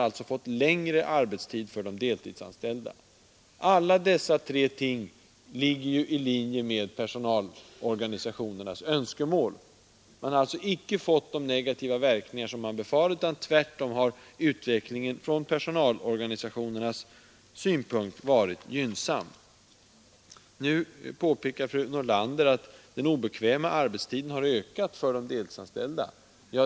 Alla dessa tre ting ligger i linje med personalorganisationernas önskemål. Man har alltså icke fått de negativa verkningar som man 135 befarade, utan tvärtom har utvecklingen från personalorganisationernas synpunkt varit gynnsam. Nu påpekade fru Nordlander att den obekväma arbetstiden har ökat för de deltidsanställda.